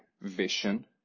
vision